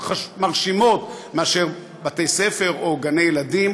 מרשימות מאשר בתי-ספר או גני ילדים,